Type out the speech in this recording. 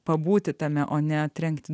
pabūti tame o ne trenkti